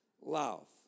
love